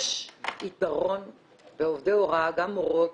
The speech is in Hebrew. יש יתרון בעובדי הוראה, גם מורות